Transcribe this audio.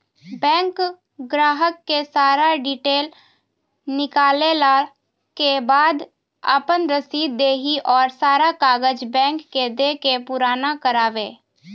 Bank ग्राहक के सारा डीटेल निकालैला के बाद आपन रसीद देहि और सारा कागज बैंक के दे के पुराना करावे?